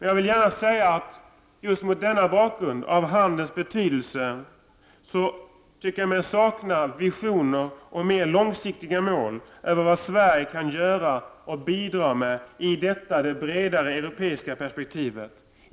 Jag vill gärna säga att just mot bakgrund av handelns betydelse tycker jag mig sakna visioner och mer långsiktiga mål över vad Sverige kan göra och bidra med i detta det bredare europeiska perspektivet.